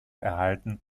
erhalten